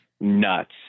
nuts